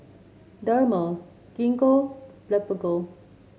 Dermale Gingko Blephagel